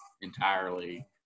entirely